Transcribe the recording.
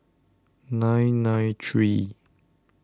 nine nine three